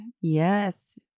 Yes